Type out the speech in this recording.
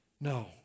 no